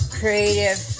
creative